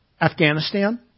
Afghanistan